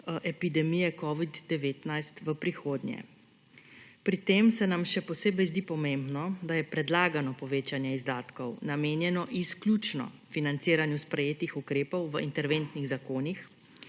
epidemije covid-19 v prihodnje. Pri tem se nam še posebej zdi pomembno, da je predlagano povečanje izdatkov, namenjeno izključno financiranju sprejetih ukrepov v interventnih zakonih,